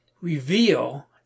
reveal